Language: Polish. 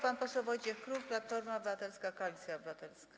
Pan poseł Wojciech Król, Platforma Obywatelska - Koalicja Obywatelska.